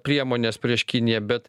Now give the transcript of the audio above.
priemones prieš kiniją bet